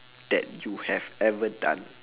that you have ever done